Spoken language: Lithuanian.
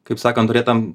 kaip sakant yra tam